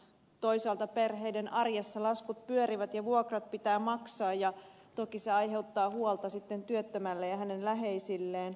toisaalta perheiden arjessa laskut pyörivät ja vuokrat pitää maksaa ja toki se aiheuttaa huolta sitten työttömälle ja hänen läheisilleen